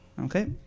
Okay